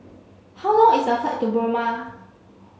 how long is the flight to Burma